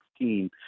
2016